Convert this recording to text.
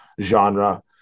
genre